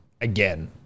again